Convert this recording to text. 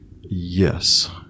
yes